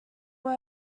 were